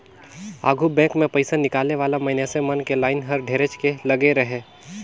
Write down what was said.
आघु बेंक मे पइसा निकाले वाला मइनसे मन के लाइन हर ढेरेच के लगे रहें